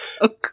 Okay